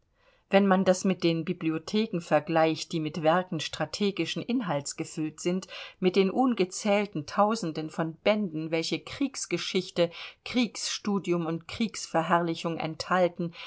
wenn man das mit den bibliotheken vergleicht die mit werken strategischen inhalts gefüllt sind mit den ungezählten tausenden von bänden welche kriegsgeschichte kriegsstudium und kriegsverherrlichung enthalten